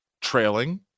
trailing